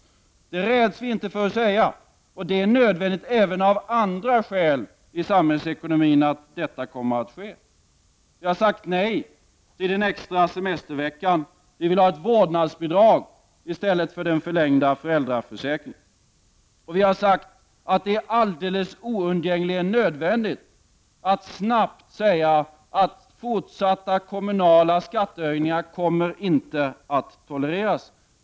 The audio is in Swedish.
Det räds vi inte att säga. Det är nödvändigt även av andra skäl när det gäller samhällsekonomin att detta kommer att ske. Vi har sagt nej till den extra semesterveckan. Vi vill ha ett vårdnadsbidrag i stället för den förlängda föräldraförsäkringen. Vi har sagt att det är oundgängligen nödvändigt att snabbt säga att fortsatta kommunala skattehöjningar inte kommer att tolereras.